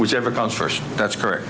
whichever comes first that's correct